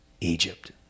Egypt